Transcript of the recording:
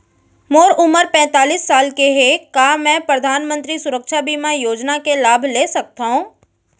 मोर उमर पैंतालीस साल हे का मैं परधानमंतरी सुरक्षा बीमा योजना के लाभ ले सकथव?